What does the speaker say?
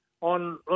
on